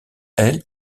elle